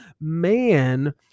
man